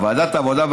ועדת העבודה,